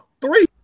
three